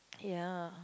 ya